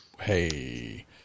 Hey